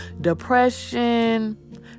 depression